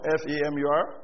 femur